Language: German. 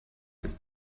ist